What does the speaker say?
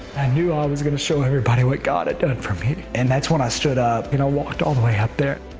i knew ah i was going to show everybody what god had done for me. and that's when i stood up and i walked all the way out there.